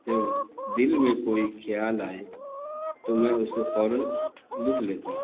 جب دل میں کوئی خیال آئے تو میں اسے فوراً لکھ لیتا ہوں